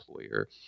employer